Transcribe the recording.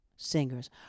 singers